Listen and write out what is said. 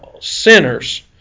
sinners